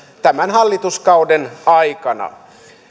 tämän hallituskauden aikana